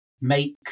make